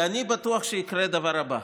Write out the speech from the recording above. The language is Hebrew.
אני בטוח שיקרה הדבר הבא: